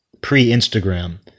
pre-Instagram